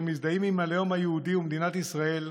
מזדהים עם הלאום היהודי ומדינת ישראל,